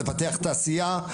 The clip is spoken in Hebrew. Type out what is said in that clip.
לפתח תעשייה,